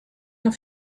off